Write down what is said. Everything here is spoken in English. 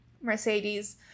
Mercedes